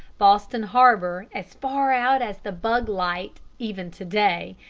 boston harbor, as far out as the bug light, even to-day,